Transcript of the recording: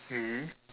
mm